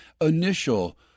Initial